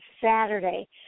Saturday